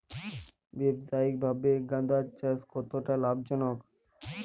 ব্যবসায়িকভাবে গাঁদার চাষ কতটা লাভজনক?